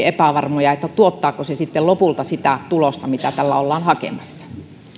epävarmoja tuottaako se sitten lopulta sitä tulosta mitä tällä ollaan hakemassa